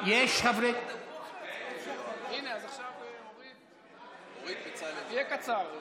יש חברי, הינה, עכשיו אורית, יהיה קצר.